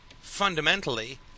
fundamentally